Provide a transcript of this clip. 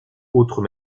autres